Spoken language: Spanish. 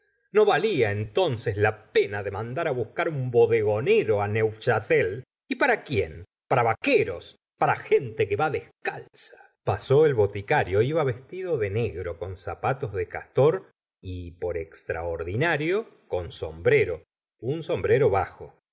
no valía entonces la pena de mandar buscar un bodegonero á neufchatel y para quién para vaqueros para gente que va descalza pasó el boticario iba vestido de negro con zapatos de castor y por extraordinario con sombrero un sombrero bajo